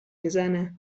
میزنه